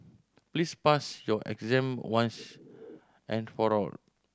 please pass your exam once and for all